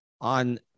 on